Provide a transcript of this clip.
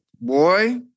boy